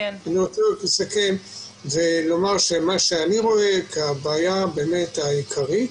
רוצה לסכם ולומר שמה שאני רואה כבעיה העיקרית